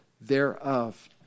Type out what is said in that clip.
thereof